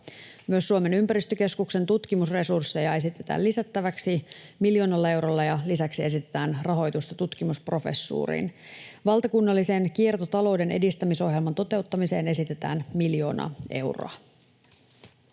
Myös Suomen ympäristökeskuksen tutkimusresursseja esitetään lisättäväksi miljoonalla eurolla ja lisäksi esitetään rahoitusta tutkimusprofessuuriin. Valtakunnalliseen kiertotalouden edistämisohjelman toteuttamiseen esitetään miljoona euroa.